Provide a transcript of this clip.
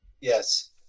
Yes